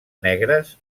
negres